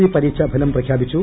C പരീക്ഷാ ഫലം പ്രഖ്യാപിച്ചു